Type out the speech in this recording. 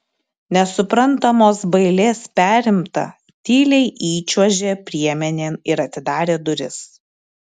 nesuprantamos bailės perimta tyliai įčiuožė priemenėn ir atidarė duris